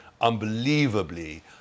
unbelievably